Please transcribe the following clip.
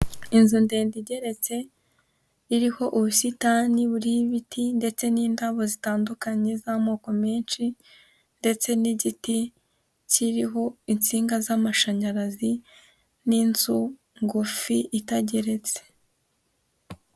Inzu ndende igeretse iriho ubusitani buriho ibiti ndetse n'indabo zitandukanye z'amoko menshi ndetse n'igiti kiriho insinga z'amashanyarazi n'inzu ngufi itageretse.